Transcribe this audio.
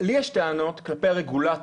לי יש טענות כלפי הרגולטור,